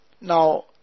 Now